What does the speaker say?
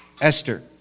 Esther